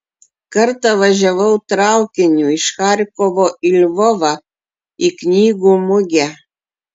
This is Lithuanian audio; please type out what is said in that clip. kartą važiavau traukiniu iš charkovo į lvovą į knygų mugę